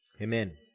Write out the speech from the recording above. Amen